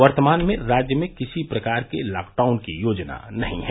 वर्तमान में राज्य में किसी प्रकार के लॉकडाउन की योजना नहीं है